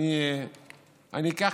אקח